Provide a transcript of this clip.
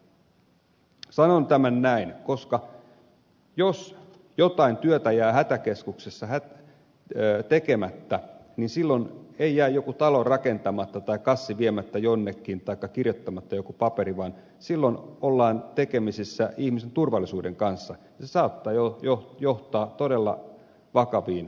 sanon tämän näin koska jos jotain työtä jää hätäkeskuksessa tekemättä niin silloin ei jää joku talo rakentamatta tai kassi viemättä jonnekin taikka kirjoittamatta joku paperi vaan silloin ollaan tekemisissä ihmisten turvallisuuden kanssa ja se saattaa johtaa todella vakaviin tapauksiin